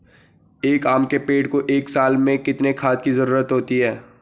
एक आम के पेड़ को एक साल में कितने खाद की जरूरत होती है?